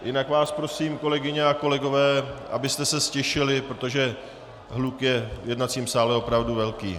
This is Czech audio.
Jinak vás prosím, kolegyně a kolegové, abyste se ztišili, protože hluk je v jednacím sále opravdu velký.